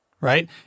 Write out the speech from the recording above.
right